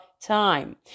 time